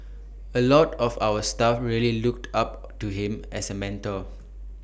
A lot of our staff really looked up to him as A mentor